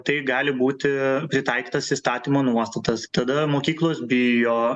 tai gali būti pritaikytas įstatymo nuostatas tada mokyklos bijo